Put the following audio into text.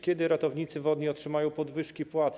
Kiedy ratownicy wodni otrzymają podwyżki płac?